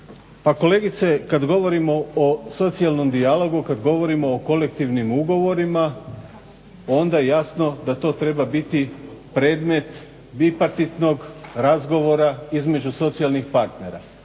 kolegice, kad govorimo o socijalnom dijalogu, kad govorimo o kolektivnim ugovorima onda jasno da to treba biti predmet bipartitnog razgovora između socijalnih partnera.